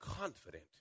confident